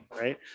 Right